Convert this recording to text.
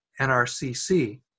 NRCC